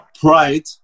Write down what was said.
Pride